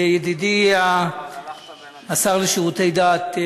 ידידי השר לשירותי דת,